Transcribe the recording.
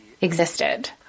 existed